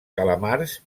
calamars